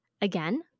Again